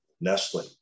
Nestle